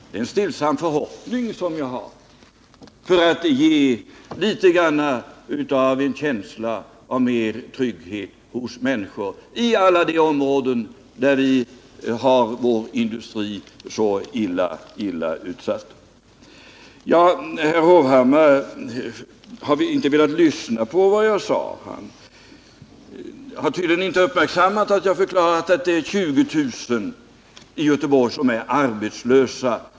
Det är en stillsam förhoppning som jag har att ni är intresserade av detta, för att ge en känsla av mer trygghet hos människorna i alla de områden där vår industri är illa utsatt. Herr Hovhammar har inte velat lyssna på vad jag har sagt. Han har tydligen inte uppmärksammat att jag har förklarat att det är 20 000 som är arbetslösa i Göteborg.